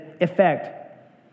effect